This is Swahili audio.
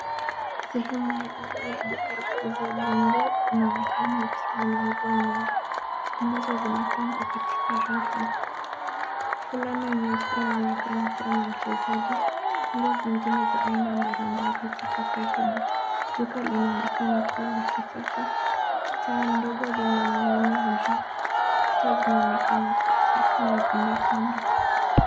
Sehemu ya ndani ya duka ya uuzaji wa nguo unaonekana ukiwa na nguo nyingi ambazo zimepangwa katika rafu. Fulana nyeusi inaonekana kuwa na mchezaji. Nguo zingine za aina mbalimbali ziko karibu. Duka linaonekana kuwa la kisasa. Taa ndogo linaning'inia juu. Kuta zinaonekana kuwa safi na zimepambwa.